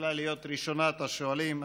יכולה להיות ראשונת השואלים.